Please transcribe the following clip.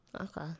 Okay